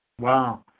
Wow